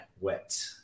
wet